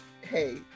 hey